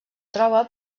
troba